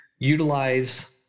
utilize